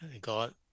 God